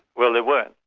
well there were,